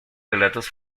relatos